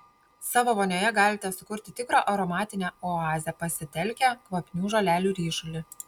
savo vonioje galite sukurti tikrą aromatinę oazę pasitelkę kvapnių žolelių ryšulį